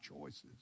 choices